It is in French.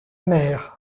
mer